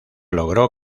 logró